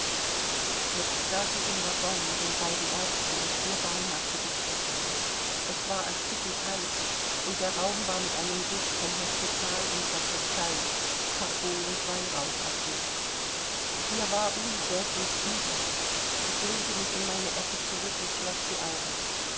jetzt saß ich im waggon mit den beiden ärzten und vier barmherzigen schwestern es war erstickend heiß und der raum war mit einem duft von hospital und sakristei karbol und weihrauch erfüllt mir war unsäglich übel ich lehnte mich in meine ecke zurück und schloß die augen